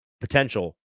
potential